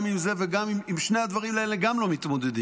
גם עם שני הדברים האלה לא מתמודדים.